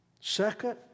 Second